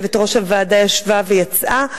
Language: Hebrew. יושבת-ראש הוועדה ישבה ויצאה,